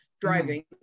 driving